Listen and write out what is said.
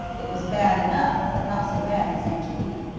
it was bad enough, but not so bad as angelina.